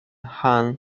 han